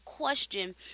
question